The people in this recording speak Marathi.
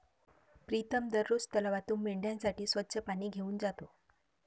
प्रीतम दररोज तलावातून मेंढ्यांसाठी स्वच्छ पाणी घेऊन जातो